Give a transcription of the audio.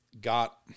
got